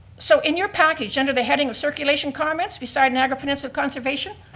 so in your package under the heading of circulation comments beside niagara peninsula conservation,